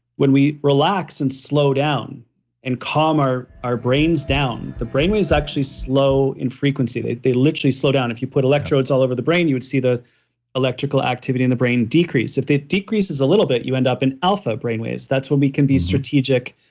when we relax and slow down and calm our our brains down, the brainwaves actually slow in frequency, they they literally slow down. if you put electrodes all over the brain you would see the electrical activity in the brain decrease if it decreases a little bit, you end up in alpha brainwaves. that's when we can be strategic,